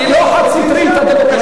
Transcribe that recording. הדמוקרטיה היא לא חד-סטרית, הדמוקרטיה.